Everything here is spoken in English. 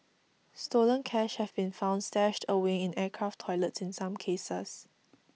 stolen cash have been found stashed away in aircraft toilets in some cases